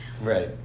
Right